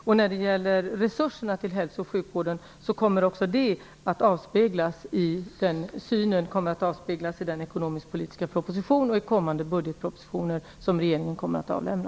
Också synen på resurserna till hälso och sjukvården kommer att avspeglas i kommande budgetproposition som regeringen kommer att avlämna.